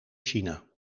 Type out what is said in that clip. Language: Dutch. china